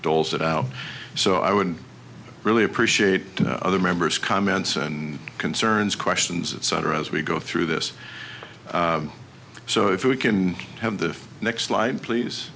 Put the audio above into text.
doles it out so i would really appreciate other members comments and concerns questions at sutter as we go through this so if we can have the next slide please